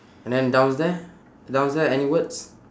and then downstairs downstairs any words